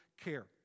care